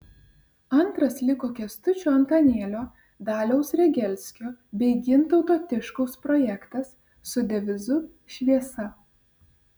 antras liko kęstučio antanėlio daliaus regelskio bei gintauto tiškaus projektas su devizu šviesa